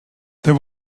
there